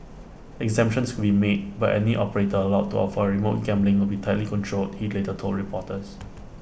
exemptions could be made but any operator allowed to offer remote gambling will be tightly controlled he later told reporters